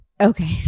Okay